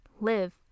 Live